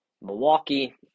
Milwaukee